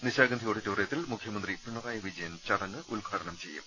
നിശാഗന്ധി ഓഡിറ്റോറിയത്തിൽ മുഖ്യമന്ത്രി പിണ റായി വിജയൻ ചടങ്ങ് ഉദ്ഘാടനം ചെയ്യും